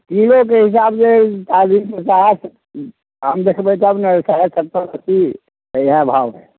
किलोके हिसाबसँ चालिस पचास आम देखबै तब ने सारा अथी कि इएह भाव हइ